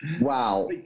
Wow